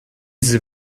sie